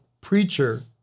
preacher